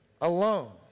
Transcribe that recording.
alone